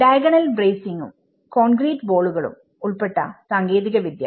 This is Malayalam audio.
ഡയഗണൽ ബ്രേസിങും കോൺക്രീറ്റ് ബോളുകളും ഉൾപ്പെട്ട സാങ്കേതികവിദ്യ